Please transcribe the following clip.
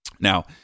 Now